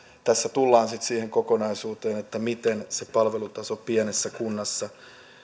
tässä tullaan sitten siihen kokonaisuuteen miten se palvelutaso pienessä kunnassa